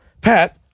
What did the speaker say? Pat